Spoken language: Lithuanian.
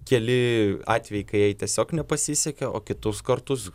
keli atvejai kai jai tiesiog nepasisekė o kitus kartus